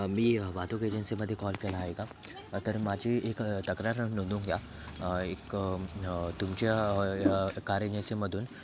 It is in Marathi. मी वाहतूक एजन्सीमधे कॉल केला आहे का तर माझी एक तक्रार नोंदवून घ्या एक तुमच्या कार एजन्सीमधून